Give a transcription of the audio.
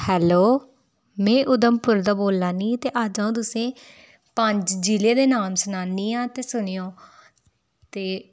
hello मैं उधमपुर दा बोल्लै नी ते अज्ज अ'ऊं तुसें पंज जि'ले दे नाम सनानियां ते सुनेओ ते